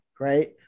right